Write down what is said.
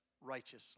righteously